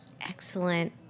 Excellent